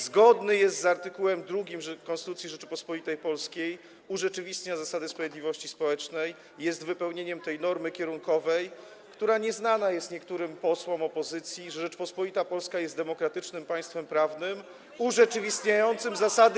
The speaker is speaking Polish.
zgodny jest z art. 2 Konstytucji Rzeczypospolitej Polskiej, urzeczywistnia zasady sprawiedliwości społecznej, jest wypełnieniem tej normy kierunkowej, która nieznana jest niektórym posłom opozycji, że Rzeczpospolita Polska jest demokratycznym państwem prawnym urzeczywistniającym zasady.